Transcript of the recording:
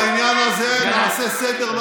אנחנו בעניין הזה נעשה סדר,